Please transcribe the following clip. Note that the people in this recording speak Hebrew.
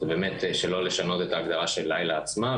באמת שלא לשנות את ההגדרה של "לילה" עצמה,